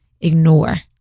ignore